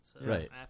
Right